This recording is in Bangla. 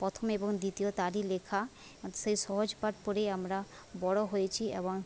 প্রথম এবং দ্বিতীয় তারই লেখা সেই সহজপাঠ পড়েই আমরা বড় হয়েছি এবং